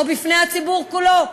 או בפני הציבור כולו?